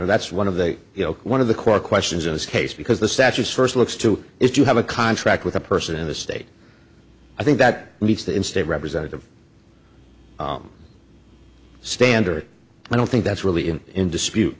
of that's one of the you know one of the core questions in this case because the statute first looks to if you have a contract with a person in the state i think that meets the in state representative standard i don't think that's really in in dispute